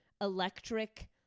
electric